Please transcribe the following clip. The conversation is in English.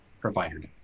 provider